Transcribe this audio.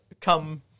come